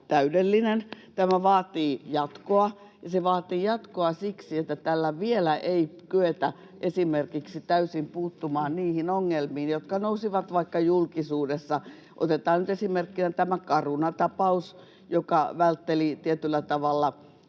täydellinen. Tämä vaatii jatkoa, ja se vaatii jatkoa siksi, että tällä vielä ei kyetä esimerkiksi täysin puuttumaan niihin ongelmiin, jotka nousivat vaikka julkisuudessa. Otetaan nyt esimerkkinä tämä Caruna-tapaus, joka vältteli tietyllä tavalla,